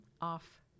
off